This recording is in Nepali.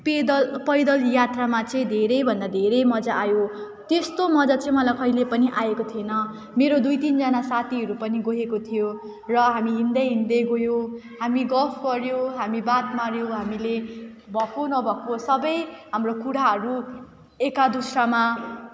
पेदल पैदल यात्रामा चाहिँ धेरैभन्दा धेरै मजा आयो त्यस्तो मजा चाहिँ मलाई कहिल्यै पनि आएको थिएन मेरो दुई तिनजना साथीहरू पनि गएको थियो र हामी हिँड्दै हिँड्दै गयौँ हामी गफ् गर्यौँ हामी बात मार्यौँ हामीले भएको नभएको सबै हाम्रो कुराहरू एकादुस्रामा